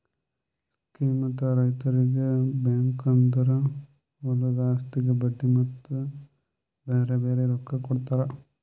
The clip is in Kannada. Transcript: ಸ್ಕೀಮ್ಲಿಂತ್ ರೈತುರಿಗ್ ಬ್ಯಾಂಕ್ದೊರು ಹೊಲದು ಆಸ್ತಿಗ್ ಬಡ್ಡಿ ಮತ್ತ ಬ್ಯಾರೆ ಬ್ಯಾರೆ ರೊಕ್ಕಾ ಕೊಡ್ತಾರ್